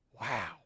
Wow